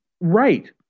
right